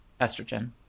estrogen